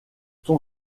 son